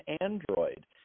Android